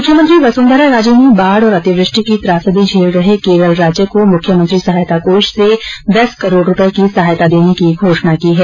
मुख्यमंत्री वसुन्धरा राजे ने बाढ़ और अतिवृष्टि की त्रासदी झेल रहे केरल राज्य को मुख्यमंत्री सहायता कोष से दस करोड़ रूपए की सहायता देने की घोषणा की है